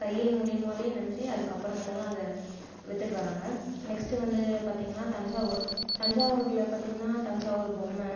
தையல் மூலியுமாகவே நஞ்சு அதற்கப்பறமேட்டா தான் அதை விற்றுட்டு வராங்க நெக்ஸ்ட் வந்து பார்த்தீங்கன்னா தஞ்சாவூர் தஞ்சாவூரில் பார்த்தீங்கன்னா தஞ்சாவூர் பொம்மை